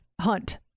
hunt